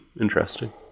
Interesting